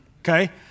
Okay